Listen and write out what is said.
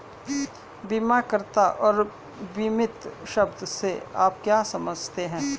बीमाकर्ता और बीमित शब्द से आप क्या समझते हैं?